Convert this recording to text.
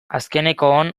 azkenekoon